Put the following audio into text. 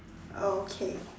okay